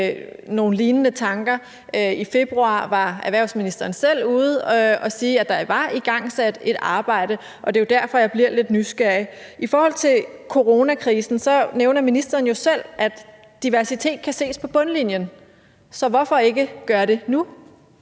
nogle lignende tanker. I februar var erhvervsministeren selv ude at sige, at der var igangsat et arbejde. Det er jo derfor, jeg bliver lidt nysgerrig. I forhold til coronakrisen nævner ministeren jo selv, at diversitet kan ses på bundlinjen, så hvorfor ikke gøre det nu?